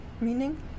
Meaning